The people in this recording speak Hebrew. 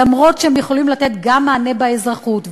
אף-על-פי שהם יכולים לתת מענה גם באזרחות,